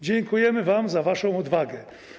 Dziękujemy wam za waszą odwagę.